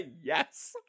yes